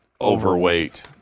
overweight